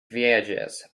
viajes